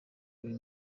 uyu